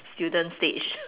students stage